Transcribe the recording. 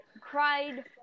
cried